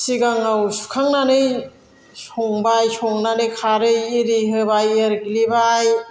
सिगाङाव सुखांनानै संबाय संनानै खारै इरि होबाय एरग्लिबाय